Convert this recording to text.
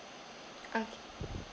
okay